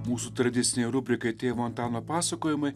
mūsų tradicinei rubrikai tėvo antano pasakojimai